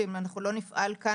ואם אנחנו לא נפעל כאן,